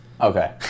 Okay